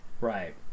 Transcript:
right